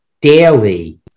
daily